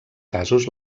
casos